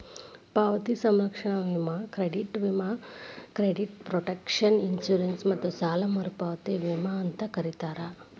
ಪಾವತಿ ಸಂರಕ್ಷಣಾ ವಿಮೆ ಕ್ರೆಡಿಟ್ ವಿಮೆ ಕ್ರೆಡಿಟ್ ಪ್ರೊಟೆಕ್ಷನ್ ಇನ್ಶೂರೆನ್ಸ್ ಮತ್ತ ಸಾಲ ಮರುಪಾವತಿ ವಿಮೆ ಅಂತೂ ಕರೇತಾರ